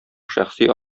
шәхси